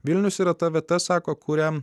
vilnius yra ta vieta sako kuriam